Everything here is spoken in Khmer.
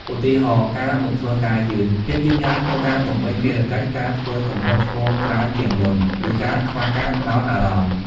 ឧទាហរណ៍ ការមកធ្វើការយឺត ភាពយឺតយ៉ាវក្នុងការបំពេញភារកិច្ច ការធ្វើកំហុសឆ្គងច្រើនជាងមុន ឬការខ្វះការផ្តោតអារម្មណ៍។